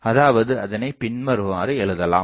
அதாவது இதனைப் பின்வருமாறு எழுதலாம்